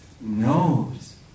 knows